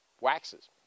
waxes